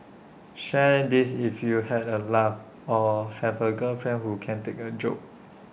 share this if you had A laugh or have A girlfriend who can take A joke